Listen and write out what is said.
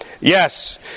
yes